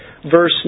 verse